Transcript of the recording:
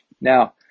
Now